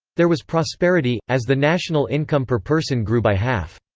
there was prosperity, as the national income per person grew by half.